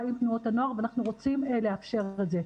ועם תנועות הנוער ואנחנו רוצים לאפשר את זה.